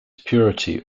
purity